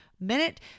minute